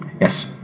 Yes